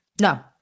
No